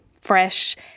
fresh